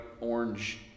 orange